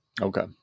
Okay